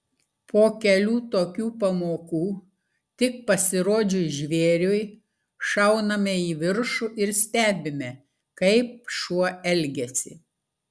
po kelių tokių pamokų tik pasirodžius žvėriui šauname į viršų ir stebime kaip šuo elgiasi